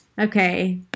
Okay